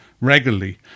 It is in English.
regularly